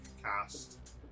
cast